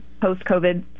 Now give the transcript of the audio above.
post-COVID